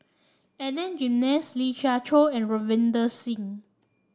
Adan Jimenez Lee Siew Choh and Ravinder Singh